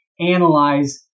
analyze